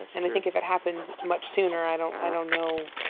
and i think if it happened much sooner, i don't i don't know